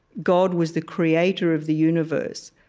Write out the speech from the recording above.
god was the creator of the universe,